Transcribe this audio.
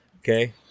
Okay